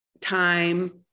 time